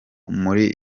muri